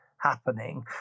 happening